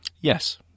Yes